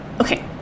okay